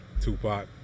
Tupac